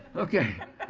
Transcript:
okay.